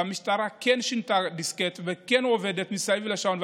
והמשטרה כן שינתה דיסקט וכן עובדת מסביב לשעון,